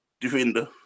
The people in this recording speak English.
defender